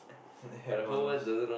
everyone knows